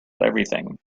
everything